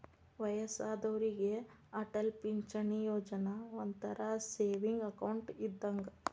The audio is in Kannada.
ವಯ್ಯಸ್ಸಾದೋರಿಗೆ ಅಟಲ್ ಪಿಂಚಣಿ ಯೋಜನಾ ಒಂಥರಾ ಸೇವಿಂಗ್ಸ್ ಅಕೌಂಟ್ ಇದ್ದಂಗ